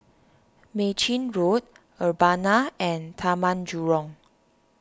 Mei Chin Road Urbana and Taman Jurong